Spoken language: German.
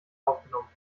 aufgenommen